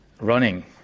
Running